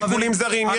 יש שיקולים זרים,